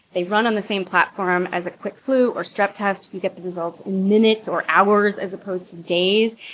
they run on the same platform as a quick flu or strep test. you get the results in minutes or hours as opposed to days.